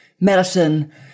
medicine